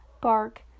bark